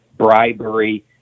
bribery